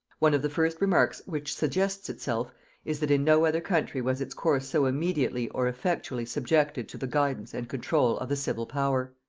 one of the first remarks which suggests itself is, that in no other country was its course so immediately or effectually subjected to the guidance and control of the civil power.